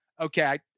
okay